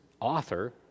author